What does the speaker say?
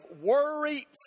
worry